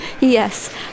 Yes